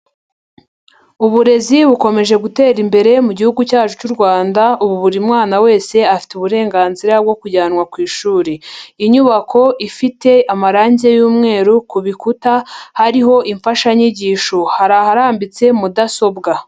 Uburezi bukomeje gutera imbere mu gihugu cyacu cy'u Rwanda, ubu buri mwana wese afite uburenganzira bwo kujyanwa ku ishuri. Inyubako ifite amarangi y'umweru, ku bikuta hariho imfashanyigisho. Hari aharambitse mudasobwa.